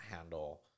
handle